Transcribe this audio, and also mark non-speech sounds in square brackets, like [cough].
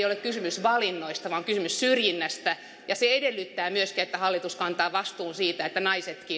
[unintelligible] ole kysymys valinnoista vaan on kysymys syrjinnästä ja se edellyttää myöskin että hallitus kantaa vastuun siitä että